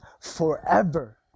forever